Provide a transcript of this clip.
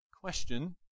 question